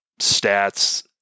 stats